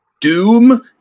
Doom